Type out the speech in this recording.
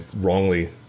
wrongly